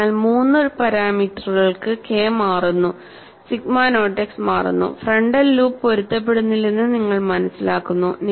അതിനാൽ മൂന്ന് പാരാമീറ്ററുകൾക്ക് കെ മാറുന്നു സിഗ്മ നോട്ട് എക്സ് മാറുന്നു ഫ്രണ്ടൽ ലൂപ്സ് പൊരുത്തപ്പെടുന്നില്ലെന്ന് നിങ്ങൾ മനസ്സിലാക്കുന്നു